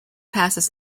passes